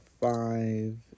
five